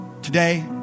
Today